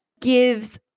gives